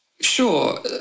Sure